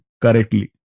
correctly